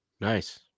Nice